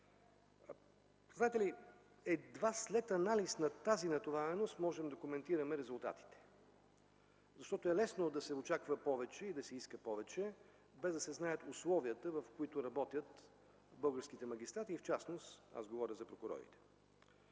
Знаете ли, едва след анализ на тази натовареност можем да коментираме резултатите. Лесно е да се очаква и да се иска повече, без да се знаят условията, в които работят българските магистрати, в частност говоря за прокурорите.